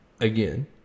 Again